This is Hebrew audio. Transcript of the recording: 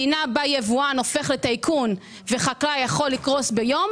מדינה בה יבואן הופך לטייקון וחקלאי יכול לקרוס ביום,